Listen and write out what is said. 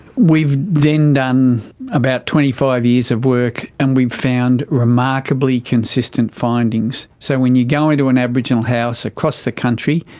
we've then done about twenty five years of work and we've found remarkably consistent findings. so when you go into an aboriginal house across the country,